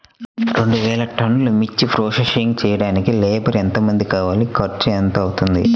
రెండు వేలు టన్నుల మిర్చి ప్రోసెసింగ్ చేయడానికి లేబర్ ఎంతమంది కావాలి, ఖర్చు ఎంత అవుతుంది?